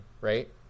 right